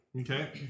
Okay